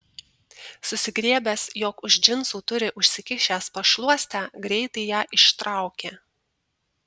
susigriebęs jog už džinsų turi užsikišęs pašluostę greitai ją ištraukė